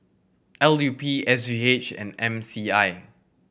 L U P S G H and M C I